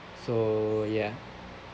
so ya